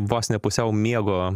vos ne pusiau miego